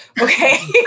Okay